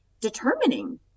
determining